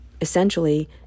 essentially